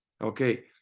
Okay